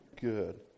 Good